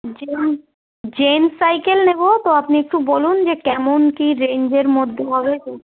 gen gents cycle নেব তো আপনি একটু বলুন যে কেমন কী রেঞ্জের মধ্যে হবে তো